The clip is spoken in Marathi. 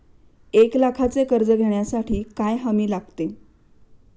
एक लाखाचे कर्ज घेण्यासाठी काय हमी लागते?